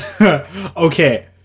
okay